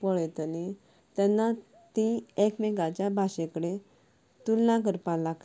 पळयतले तेन्ना ते एकमेकांच्या भाशे कडेन तुलना करपाक लागता